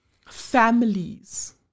families